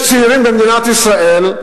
יש צעירים במדינת ישראל,